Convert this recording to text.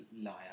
liar